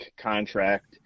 contract